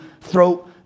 throat